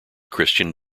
christian